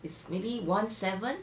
it's maybe one seven